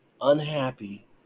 unhappy